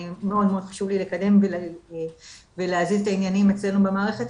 אני מאוד חשוב לי לקדם ולהזיז את העניינים אצלנו במערכת,